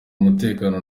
umutekano